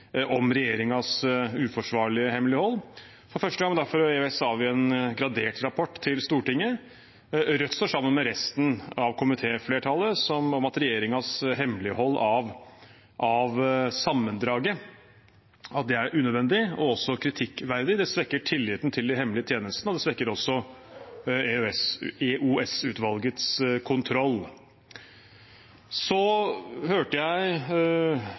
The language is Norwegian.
om regjeringens uforsvarlige hemmelighold. Det er derfor første gang EOS avgir en gradert rapport til Stortinget. Rødt står sammen med resten av komitéflertallet om at regjeringens hemmelighold av sammendraget er unødvendig og også kritikkverdig. Det svekker tilliten til de hemmelige tjenestene, og det svekker også EOS-utvalgets kontroll. Så hørte jeg